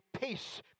peace